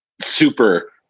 super